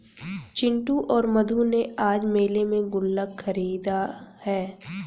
चिंटू और मधु ने आज मेले में गुल्लक खरीदा है